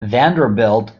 vanderbilt